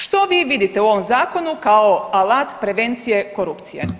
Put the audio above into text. Što vi vidite u ovom zakonu kao alat prevencije korupcije?